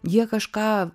jie kažką